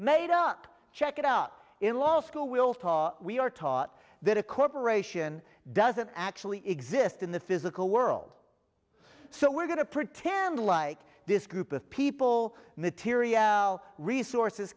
made up check it out in law school will talk we are taught that a corporation doesn't actually exist in the physical world so we're going to pretend like this group of people material resources